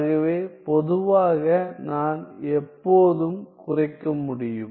ஆகவேபொதுவாக நான் எப்போதும் குறைக்க முடியும்